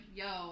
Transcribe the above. yo